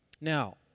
Now